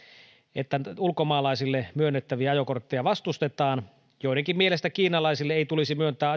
että ulkomaalaisille myönnettäviä ajokortteja vastustetaan joidenkin mielestä kiinalaisille ei tulisi myöntää